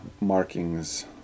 markings